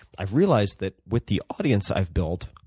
i've realized that with the audience i've built,